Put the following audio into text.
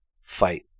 fight